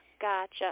Gotcha